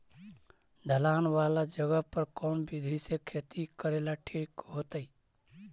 ढलान वाला जगह पर कौन विधी से खेती करेला ठिक होतइ?